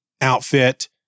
outfit